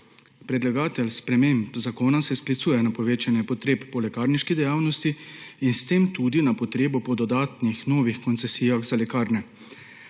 Predlagatelj sprememb zakona se sklicuje na povečanje potreb po lekarniški dejavnosti in s tem tudi na potrebno po dodatnih, novih koncesijah za lekarne.